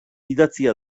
idatzia